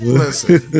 listen